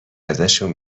ازشون